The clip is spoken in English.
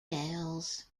males